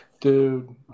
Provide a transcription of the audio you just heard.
dude